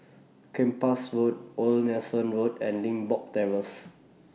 Kempas Road Old Nelson Road and Limbok Terrace